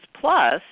Plus